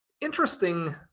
interesting